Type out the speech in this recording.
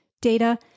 data